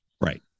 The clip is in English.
right